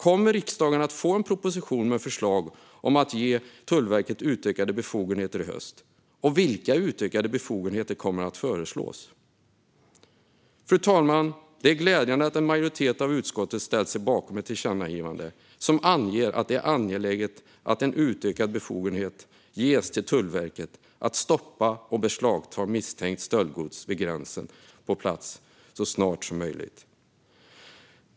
Kommer riksdagen att få en proposition med förslag om att ge Tullverket utökade befogenheter i höst, och vilka utökade befogenheter kommer att föreslås? Fru talman! Det är glädjande att en majoritet av utskottet ställt sig bakom ett tillkännagivande som anger att det är angeläget att utökad befogenhet för Tullverket att stoppa och beslagta misstänkt stöldgods vid gränsen kommer på plats så snart som möjligt.